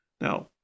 Now